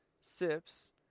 sips